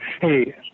Hey